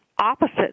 opposite